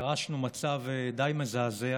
ירשנו מצב די מזעזע